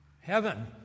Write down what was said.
heaven